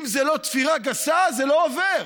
אם זה לא תפירה גסה זה לא עובר.